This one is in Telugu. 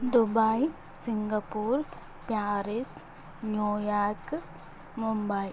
Dubai Singapore Paris New York Mumbai